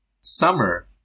summer